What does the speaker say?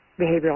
behavioral